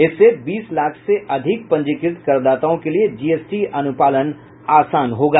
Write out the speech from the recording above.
इससे बीस लाख से अधिक पंजीकृत करदाताओं के लिए जीएसटी अनुपालन आसान होगा